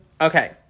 Okay